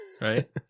Right